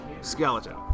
skeleton